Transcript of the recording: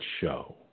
show